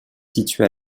situés